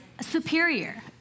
superior